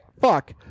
Fuck